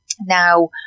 now